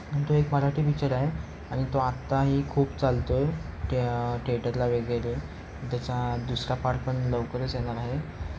आणि तो एक मराठी पिच्चर आहे आणि तो आत्ताही खूप चालतो आहे थे थेटरला वगैरे त्याचा दुसरा पार्ट पण लवकरच येणार आहे